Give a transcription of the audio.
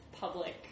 public